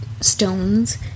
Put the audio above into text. stones